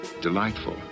delightful